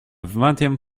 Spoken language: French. vingtième